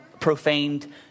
profaned